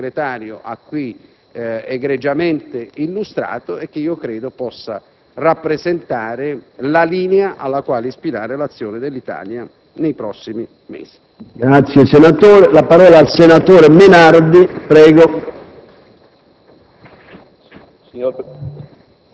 nella strada che ha già intrapreso, che il Sottosegretario ha qui egregiamente illustrato e che io credo possa rappresentare la linea alla quale ispirare l'azione dell'Italia nei prossimi mesi.